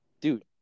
Dude